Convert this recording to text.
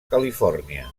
califòrnia